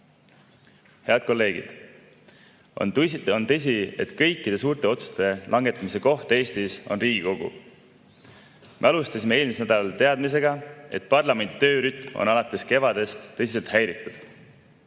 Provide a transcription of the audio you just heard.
Head kolleegid! On tõsi, et kõikide suurte otsuste langetamise koht Eestis on Riigikogu. Me alustasime eelmisel nädalal teadmisega, et parlamendi töörütm on alates kevadest tõsiselt häiritud.